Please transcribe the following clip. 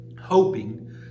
hoping